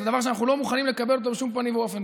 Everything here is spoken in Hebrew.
זה דבר שאנחנו לא מוכנים לקבל אותו בשום פנים ואופן.